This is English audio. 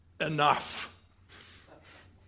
enough